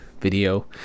video